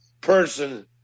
person